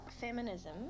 feminism